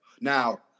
Now